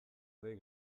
dei